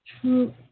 true